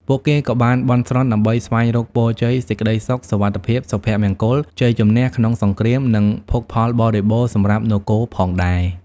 ពួកគេក៏បានបន់ស្រន់ដើម្បីស្វែងរកពរជ័យ សេចក្ដីសុខ សុវត្ថិភាព សុភមង្គល ជ័យជំនះក្នុងសង្គ្រាម និងភោគផលបរិបូរណ៍សម្រាប់នគរផងដែរ។